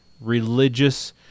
religious